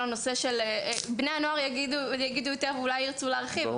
בני הנוער אולי ירצו להרחיב,